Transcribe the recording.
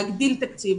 להגדיל תקציב,